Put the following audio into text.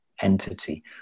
entity